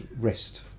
rest